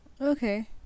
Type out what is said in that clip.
okay